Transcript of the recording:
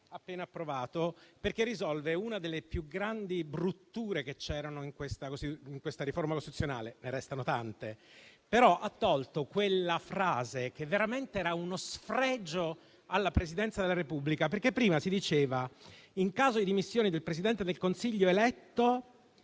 appena approvato perché risolve una delle più grandi brutture presenti in questa riforma costituzionale, anche se ne restano tante. Tale misura ha tolto quella frase che veramente era uno sfregio alla Presidenza della Repubblica. Prima si diceva che in caso di dimissioni del Presidente del Consiglio eletto,